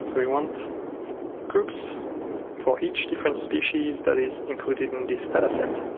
so you want groups for each different species that is included in this data set,